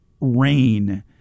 rain